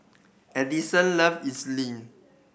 Edison loves Idili